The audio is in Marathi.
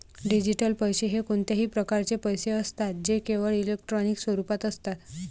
डिजिटल पैसे हे कोणत्याही प्रकारचे पैसे असतात जे केवळ इलेक्ट्रॉनिक स्वरूपात असतात